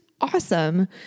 Awesome